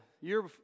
year